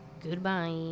Goodbye